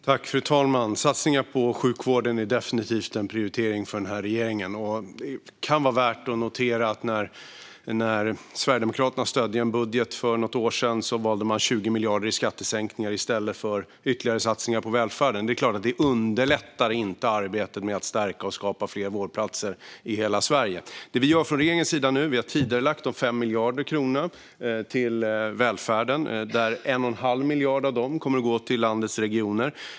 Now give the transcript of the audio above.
Fru talman! Satsningar på sjukvården är definitivt en prioritering för denna regering. Det kan vara värt att notera att när Sverigedemokraterna stödde en budget för något år sedan valde man 20 miljarder kronor i skattesänkningar i stället för ytterligare satsningar på välfärden. De är klart att det inte underlättar arbetet att stärka och skapa fler vårdplatser i hela Sverige. Regeringen har nu tidigarelagt 5 miljarder kronor till välfärden. Av dem kommer 1 1⁄2 miljard kronor att gå till landets regioner.